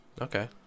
Okay